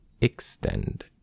extend